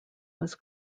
was